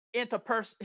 interpersonal